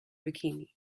bikini